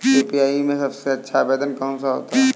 UPI में सबसे अच्छा आवेदन कौन सा होता है?